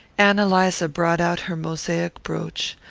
ann eliza brought out her mosaic brooch,